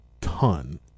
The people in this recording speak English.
ton